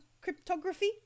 cryptography